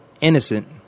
innocent